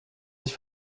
sich